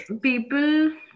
people